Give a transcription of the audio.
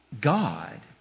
God